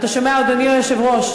אתה שומע, אדוני היושב-ראש?